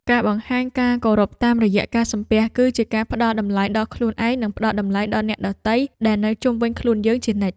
ការបង្ហាញការគោរពតាមរយៈការសំពះគឺជាការផ្តល់តម្លៃដល់ខ្លួនឯងនិងផ្តល់តម្លៃដល់អ្នកដទៃដែលនៅជុំវិញខ្លួនយើងជានិច្ច។